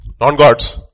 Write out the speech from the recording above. Non-gods